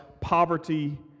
poverty